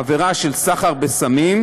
עבירות של סחר בסמים,